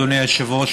אדוני היושב-ראש,